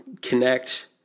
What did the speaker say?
connect